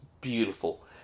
beautiful